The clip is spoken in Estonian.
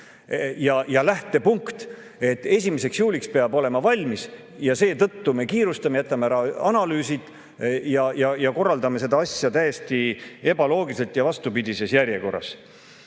ja lähtepunkt, et 1. juuliks peab olema valmis ja seetõttu me kiirustame, jätame ära analüüsid ning korraldame seda asja täiesti ebaloogiliselt ja vastupidises järjekorras.